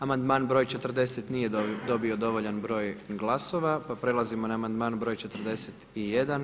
Amandman broj 40. nije dobio dovoljan broj glasova, pa prelazimo na amandman broj 41.